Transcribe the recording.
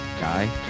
guy